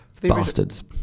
Bastards